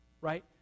right